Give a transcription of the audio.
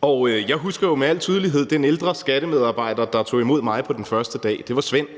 og jeg husker jo med al tydelighed den ældre skattemedarbejder, der tog imod mig på den første dag. Det var Svend.